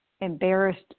embarrassed